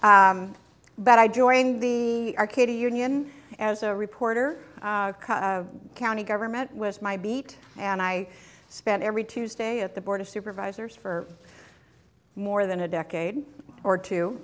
college but i joined the arcadia union as a reporter county government was my beat and i spent every tuesday at the board of supervisors for more than a decade or two